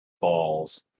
balls